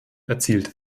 erzielt